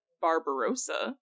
Barbarossa